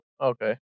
Okay